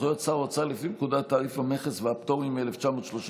סמכויות שר האוצר לפי פקודת תעריף המכס והפטורים מ-1937,